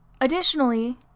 Additionally